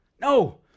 No